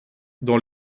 dans